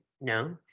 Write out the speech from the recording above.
no